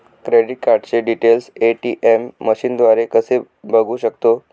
Credit कार्डचे details ATM मशीनद्वारे कसे बघू शकतो?